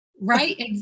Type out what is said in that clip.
Right